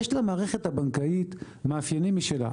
יש למערכת הבנקאית מאפיינים משלה.